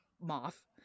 moth